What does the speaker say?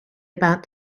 about